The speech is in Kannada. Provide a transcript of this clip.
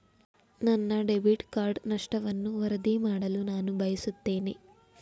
ನನ್ನ ಡೆಬಿಟ್ ಕಾರ್ಡ್ ನಷ್ಟವನ್ನು ವರದಿ ಮಾಡಲು ನಾನು ಬಯಸುತ್ತೇನೆ